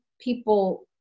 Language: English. people